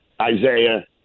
Isaiah